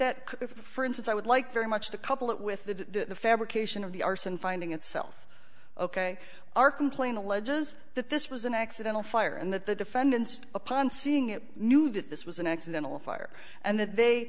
that for instance i would like very much to couple that with the fabrication of the arson finding itself ok our complaint alleges that this was an accidental fire and that the defendants upon seeing it knew that this was an accidental fire and that they